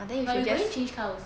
we we going to change car also